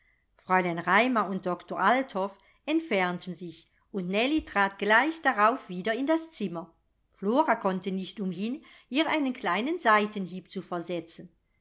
fräulein raimar und doktor althoff entfernten sich und nellie trat gleich darauf wieder in das zimmer flora konnte nicht umhin ihr einen kleinen seitenhieb zu versetzen